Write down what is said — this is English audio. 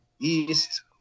East